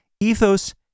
ethos